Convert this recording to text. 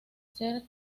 ser